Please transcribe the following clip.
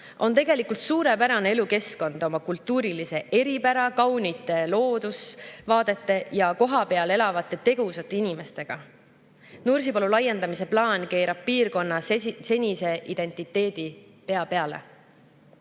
on tegelikult suurepärane elukeskkond oma kultuurilise eripära, kaunite loodusvaadete ja kohapeal elavate tegusate inimestega. Nursipalu laiendamise plaan keerab piirkonna senise identiteedi pea peale.